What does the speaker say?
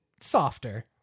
softer